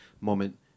moment